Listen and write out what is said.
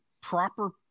proper